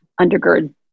undergird